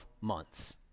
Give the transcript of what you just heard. months